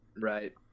Right